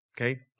Okay